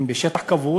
הם בשטח כבוש